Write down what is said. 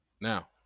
now